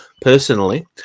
personally